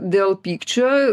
dėl pykčio